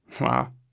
Wow